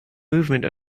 movement